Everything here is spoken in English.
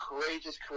courageous